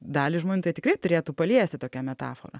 dalį žmonių tai tikrai turėtų paliesti tokia metafora